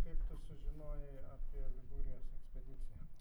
kaip tu sužinojai apie ligūrijos ekspediciją